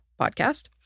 podcast